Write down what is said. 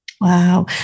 Wow